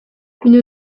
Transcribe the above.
une